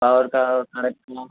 power का और सड़क का